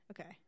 okay